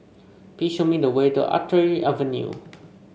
please show me the way to Artillery Avenue